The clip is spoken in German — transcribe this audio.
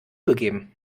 gegeben